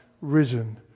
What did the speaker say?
risen